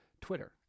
Twitter